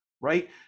right